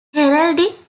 heraldic